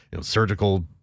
surgical